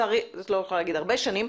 אני לא יכולה להגיד הרבה שנים,